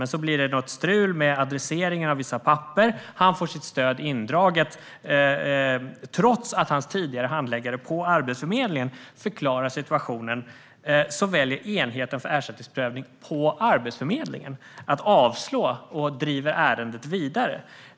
Men det blir något strul med adresseringen av vissa papper, och han får sitt stöd indraget. Trots att hans tidigare handläggare på Arbetsförmedlingen förklarar situationen väljer enheten för ersättningsprövning på Arbetsförmedlingen att avslå och driver ärendet vidare.